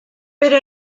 pero